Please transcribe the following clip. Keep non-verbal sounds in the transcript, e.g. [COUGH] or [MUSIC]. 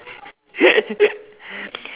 [LAUGHS]